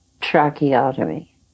tracheotomy